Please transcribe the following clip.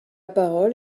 parole